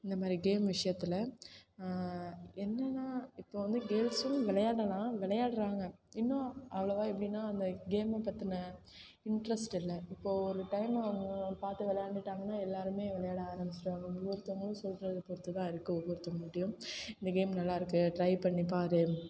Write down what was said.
இந்தமாதிரி கேம் விஷயத்துல என்னன்னா இப்போது வந்து கேர்ள்ஸும் விளையாடலாம் விளையாடுறாங்க இன்னும் அவ்வளோவா எப்படின்னா அந்த கேம்மை பற்றின இன்ட்ரெஸ்ட் இல்லை இப்போது ஒரு டைம் அவங்க பார்த்து விளையாண்டுட்டாங்கனால் எல்லோருமே விளையாட ஆரம்பிச்சுருவாங்க ஒவ்வொருத்தங்களும் சொல்றதை பொறுத்து தான் இருக்குது ஒவ்வொருத்தங்கள்டையும் இந்த கேம் நல்லா இருக்குது ட்ரை பண்ணி பாரு